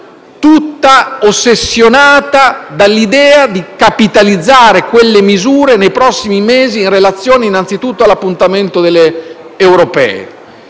ossessionata dall'idea di capitalizzare quelle misure nei prossimi mesi in relazione all'appuntamento delle elezioni